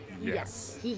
Yes